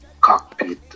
cockpit